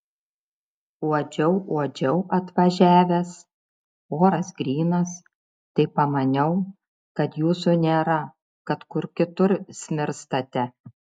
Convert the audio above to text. uodžiau uodžiau atvažiavęs oras grynas tai pamaniau kad jūsų nėra kad kur kitur smirstate